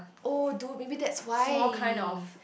oh dude maybe that's why